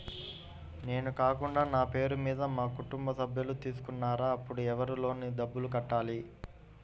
నేను కాకుండా నా పేరు మీద మా కుటుంబ సభ్యులు తీసుకున్నారు అప్పుడు ఎవరు లోన్ డబ్బులు కట్టాలి?